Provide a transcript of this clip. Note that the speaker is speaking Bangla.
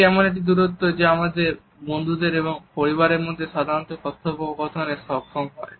এটি এমন একটি দূরত্ব যা আমাদের বন্ধুদের এবং পরিবারের মধ্যে সাধারণ কথোপকথনে সক্ষম করে